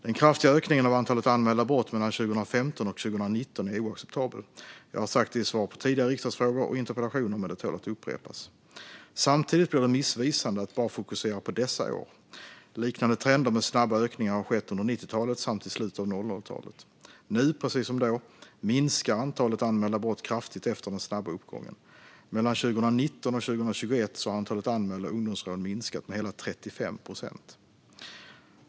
Den kraftiga ökningen av antalet anmälda brott mellan 2015 och 2019 är oacceptabel. Jag har sagt det i svar på tidigare riksdagsfrågor och interpellationer, men det tål att upprepas. Samtidigt blir det missvisande att bara fokusera på dessa år. Liknande trender med snabba ökningar har skett under 90-talet samt i slutet av 00-talet. Nu - precis som då - minskar antalet anmälda brott kraftigt efter den snabba uppgången. Mellan 2019 och 2021 har antalet anmälda ungdomsrån minskat med hela 35 procent.